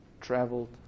traveled